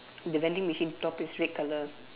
the vending machine top is red colour